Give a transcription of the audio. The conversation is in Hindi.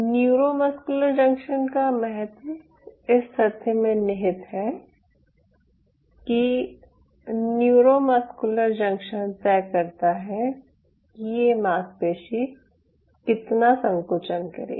न्यूरोमस्कुलर जंक्शन का महत्व इस तथ्य में निहित है कि न्यूरोमस्कुलर जंक्शन तय करता है कि ये मांसपेशी कितना संकुचन करेगी